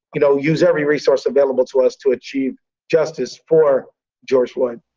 you know, use every resource available to us to achieve justice for george floyd.